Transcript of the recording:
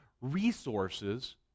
resources